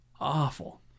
awful